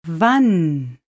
Wann